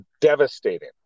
devastating